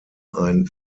ein